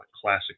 classic